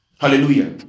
Hallelujah